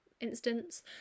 instance